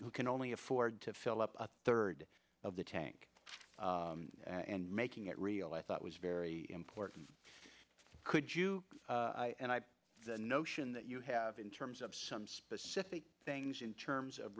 who can only afford to fill up a third of the tank and making it real i thought was very important could you and i the notion that you have in terms of some specific things in terms of